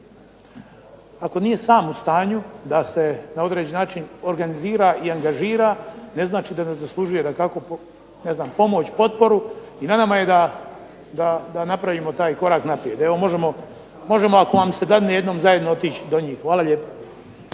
ako nije sam u stanju da se na određeni način organizira i angažira, ne znači da ne zaslužuje dakako pomoć, potporu. I na nama je da napravimo taj korak naprijed. Evo, možemo ako vam se dadne jednom zajedno otići do njih. Hvala lijepo.